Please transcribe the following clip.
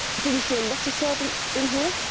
do we see a lot of servants in here,